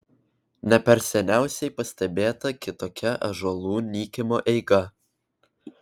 ne per seniausiai pastebėta kitokia ąžuolų nykimo eiga